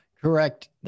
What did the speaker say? Correct